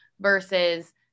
versus